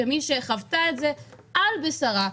כמי שחוותה את זה על בשרה.